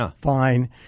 fine